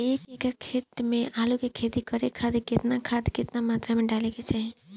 एक एकड़ खेत मे आलू के खेती खातिर केतना खाद केतना मात्रा मे डाले के चाही?